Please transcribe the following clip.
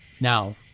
Now